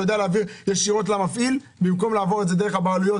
אתה יודע להעביר ישירות למפעיל במקום לעבור דרך הבעלויות